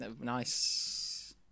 nice